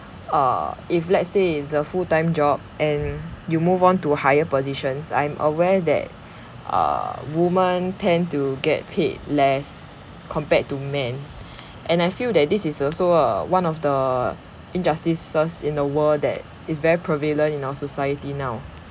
err if let's say it's a full time job and you move on to higher positions I'm aware that uh women tend to get paid less compared to men and I feel that this is also err one of the injustices in the world that is very prevalent in our society now